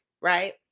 right